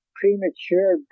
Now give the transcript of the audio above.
premature